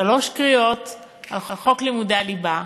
בשלוש קריאות על חוק לימודי הליבה,